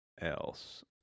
else